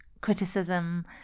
criticism